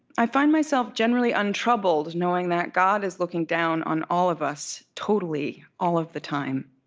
i find myself generally untroubled, knowing that god is looking down on all of us, totally, all of the time.